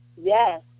Yes